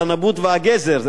על הנבוט והגזר.